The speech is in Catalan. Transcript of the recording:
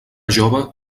jove